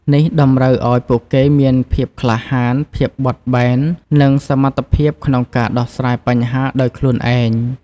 នេះតម្រូវឱ្យពួកគេមានភាពក្លាហាន ភាពបត់បែន និងសមត្ថភាពក្នុងការដោះស្រាយបញ្ហាដោយខ្លួនឯង។